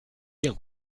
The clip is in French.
bien